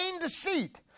deceit